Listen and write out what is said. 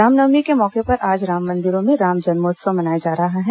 रामनवमीं के मौके पर आज राम मंदिरों में राम जन्मोत्सव मनाया जा रहा है